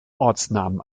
ortsnamen